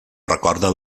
recorda